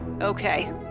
Okay